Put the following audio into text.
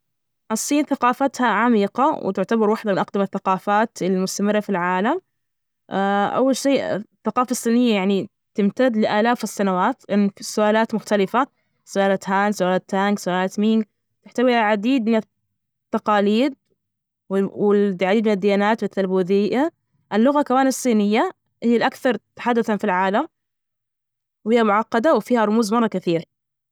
طبعا عندنا الذاكرة العشوائية ال هي الرام، نخزن البيانات المؤقتة فيها، ثانى شي عندنا اللوحة الأم اللي تربط كل المكونات سوا، عندنا كمان مقص التخزين اللي هي، اس اس دى او اتش دى دى وهذا نخزن فيه البيانات بشكل دائم، عندنا كمان وحدة المعالجة المركزية اللي هي يعتبر عقل الكمبيوتر هي تعالج البيانات ونجدر من خلالها ننفذ- تنفيذ الأوامر.